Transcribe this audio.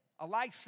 Elisha